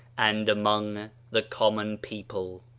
and among the common people.